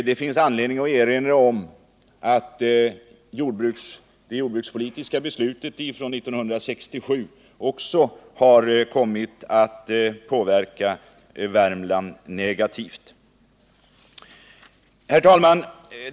Det finns anledning att erinra om att det jordbrukspolitiska beslutet år 1967 också har kommit att påverka Värmland negativt. Herr talman!